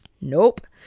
Nope